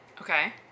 Okay